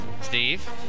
Steve